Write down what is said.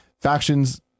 Factions